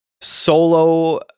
solo